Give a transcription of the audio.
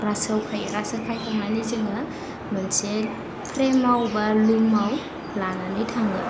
रासौवाव खाइयो रासो खाइखांनानै जोङो मोनसे फ्रेमाव बा लुमाव लानानै थाङो